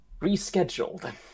rescheduled